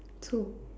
two